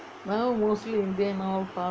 now mostly indian all